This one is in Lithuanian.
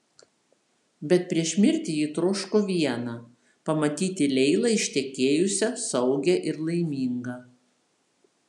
bet prieš mirtį ji troško viena pamatyti leilą ištekėjusią saugią ir laimingą